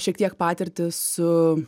šiek tiek patirtį su